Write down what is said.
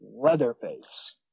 Leatherface